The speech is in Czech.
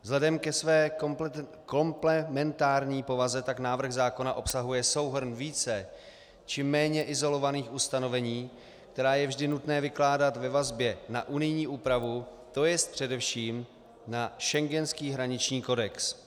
Vzhledem ke své komplementární povaze tak návrh zákona obsahuje souhrn více či méně izolovaných ustanovení, která je vždy nutné vykládat ve vazbě na unijní úpravu, to jest především na schengenský hraniční kodex.